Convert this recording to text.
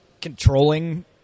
Controlling